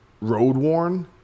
road-worn